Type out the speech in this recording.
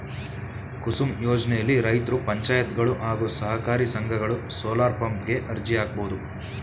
ಕುಸುಮ್ ಯೋಜ್ನೆಲಿ ರೈತ್ರು ಪಂಚಾಯತ್ಗಳು ಹಾಗೂ ಸಹಕಾರಿ ಸಂಘಗಳು ಸೋಲಾರ್ಪಂಪ್ ಗೆ ಅರ್ಜಿ ಹಾಕ್ಬೋದು